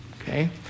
okay